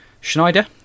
Schneider